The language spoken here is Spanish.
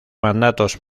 mandatos